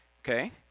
Okay